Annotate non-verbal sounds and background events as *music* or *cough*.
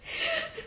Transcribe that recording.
*breath*